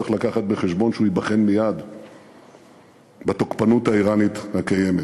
צריך להביא בחשבון שהוא ייבחן מייד בתוקפנות האיראנית הקיימת.